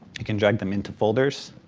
you can drag them into folders.